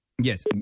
Yes